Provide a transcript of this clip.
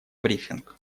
брифинг